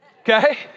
okay